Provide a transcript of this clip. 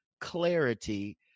clarity